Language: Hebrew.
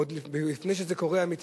עוד לפני שזה קורה באמת,